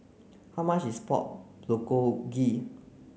how much is Pork Bulgogi